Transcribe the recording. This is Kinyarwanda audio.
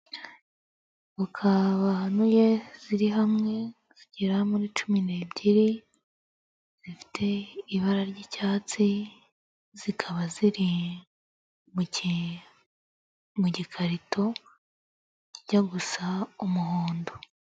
Voka bahanuye, ziri hamwe, zigera muri cumi n'ebyiri, zifite ibara ry'icyatsi, zikaba ziri mu gikarito, kijya gusa umuhondo.